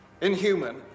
inhuman